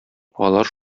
алар